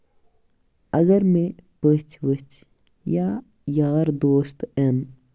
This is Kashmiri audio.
اَگر مےٚ پٔژھ ؤژھ یا یار دوست یِن